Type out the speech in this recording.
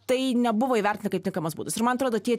tai nebuvo įvertina kaip tinkamas būdas ir man atrodo tie